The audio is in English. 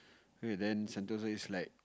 wait then sentosa is like